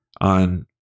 on